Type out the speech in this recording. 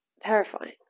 terrifying